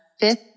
fifth